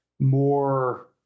More